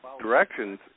directions